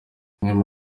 bimwe